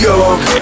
York